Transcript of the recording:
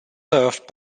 served